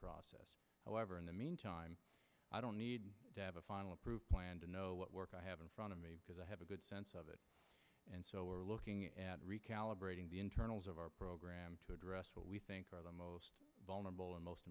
process however in the meantime i don't need to have a final approved plan to know what work i have in front of me because i have a good sense of it and so we're looking at recalibrating the internals of our program to address what we think are the most vulnerable and most